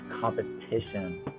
competition